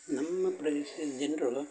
ನಮ್ಮ ಪ್ರದೇಶದ ಜನರು